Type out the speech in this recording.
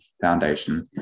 Foundation